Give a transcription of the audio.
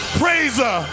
praiser